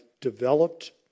developed